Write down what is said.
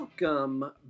Welcome